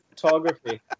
photography